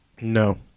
No